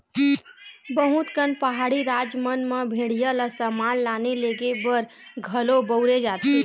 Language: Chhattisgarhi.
बहुत कन पहाड़ी राज मन म भेड़िया ल समान लाने लेगे बर घलो बउरे जाथे